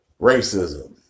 racism